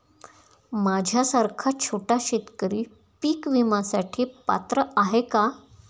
माझ्यासारखा छोटा शेतकरी पीक विम्यासाठी पात्र आहे का?